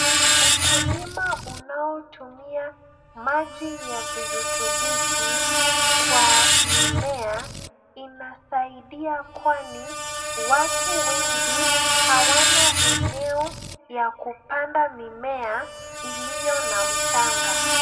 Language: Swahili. Ukulima unaotumia maji ya virutubishi kwa mimea inasaidia kwani watu wengi hawana eneo ya kupanda mimea iliyo na mchanga.